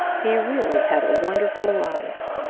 he really had a wonderful life.